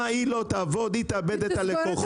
אם היא לא תעבוד, היא תאבד את הלקוחות.